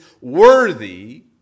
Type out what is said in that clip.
worthy